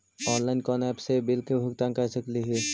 Online कोन app से bill के भुगतान कर सकली ही?